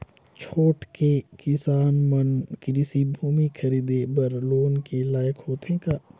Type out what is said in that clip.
छोटके किसान मन कृषि भूमि खरीदे बर लोन के लायक होथे का?